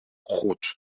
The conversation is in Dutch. goed